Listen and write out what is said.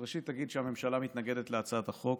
אז ראשית אגיד שהממשלה מתנגדת להצעת החוק.